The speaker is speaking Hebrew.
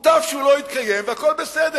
מוטב שהוא לא יתקיים, והכול בסדר.